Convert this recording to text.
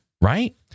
right